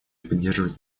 поддерживать